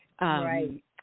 Right